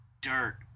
dirt